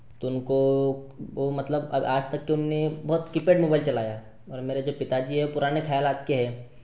तो उनको वह मतलब अब आज तक के उनने बस कीपैड मोबाइल चलाया है और मेरे जो पिताजी हैं वो पुराने ख़यालात के हैं